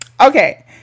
okay